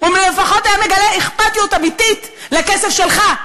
אם הוא לפחות היה מגלה אכפתיות אמיתית לכסף שלך,